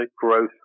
growth